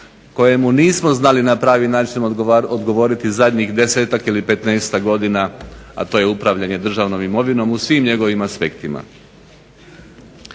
kojemu nismo znali na pravi način odgovoriti zadnjih desetak ili petnaestak godina a to je upravljanje državnom imovinom u svim njegovim aspektima.